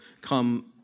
come